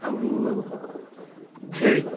ଆଉ ଛେଳି